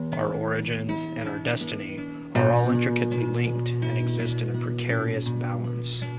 our origins, and our destiny are all intricately linked and exist in a precarious balance.